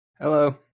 Hello